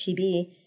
TB